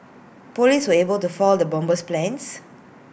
Police were able to foil the bomber's plans